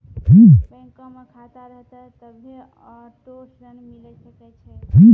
बैंको मे खाता रहतै तभ्भे आटो ऋण मिले सकै